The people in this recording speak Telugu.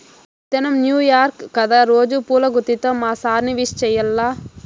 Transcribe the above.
ఈ దినం న్యూ ఇయర్ కదా రోజా పూల గుత్తితో మా సార్ ని విష్ చెయ్యాల్ల